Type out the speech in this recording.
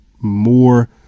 more